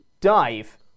Dive